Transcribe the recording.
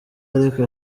ariko